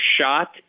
shot